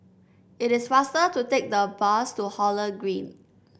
it is faster to take the bus to Holland Green